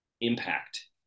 impact